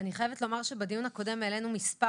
אני חייבת לומר שבדיון הקודם העלנו מספר